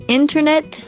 internet